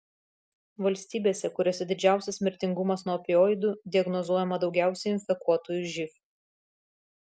valstybėse kuriose didžiausias mirtingumas nuo opioidų diagnozuojama daugiausiai infekuotųjų živ